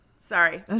Sorry